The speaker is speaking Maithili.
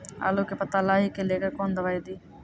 आलू के पत्ता लाही के लेकर कौन दवाई दी?